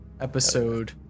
episode